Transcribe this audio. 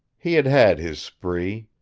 he had had his spree.